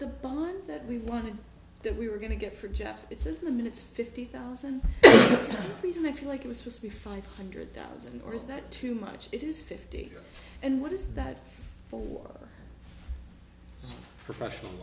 the bonds that we wanted that we were going to get for jeff it says the minutes fifty thousand reason if you like it was just the five hundred thousand or is that too much it is fifty and what is that for professional